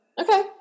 Okay